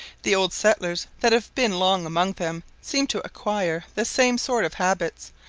the old settlers that have been long among them seem to acquire the same sort of habits,